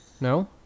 No